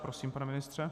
Prosím, pane ministře.